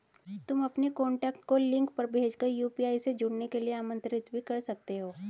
तुम अपने कॉन्टैक्ट को लिंक भेज कर यू.पी.आई से जुड़ने के लिए आमंत्रित भी कर सकते हो